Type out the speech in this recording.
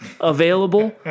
available